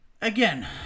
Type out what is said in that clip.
Again